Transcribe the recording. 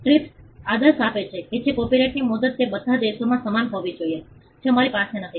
trips આદેશ આપે છે કે કોપિરાઇટની મુદત તે બધા દેશોમાં સમાન હોવી જોઈએ જે અમારી પાસે નથી